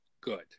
good